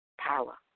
Power